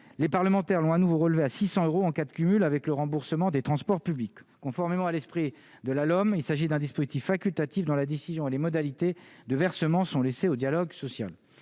les parlementaires l'ont à nouveau relevé à 600 euros en cas de cumul avec le remboursement des transports publics, conformément à l'esprit de la l'homme, il s'agit d'un dispositif facultatif dans la décision et les modalités de versement sont laissés au dialogue social,